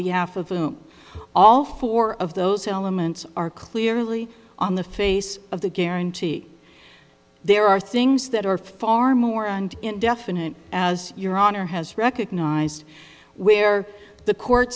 behalf of whom all four of those elements are clearly on the face of the guarantee there are things that are far more and indefinite as your honor has recognized where the court